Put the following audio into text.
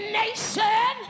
nation